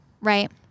right